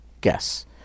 guess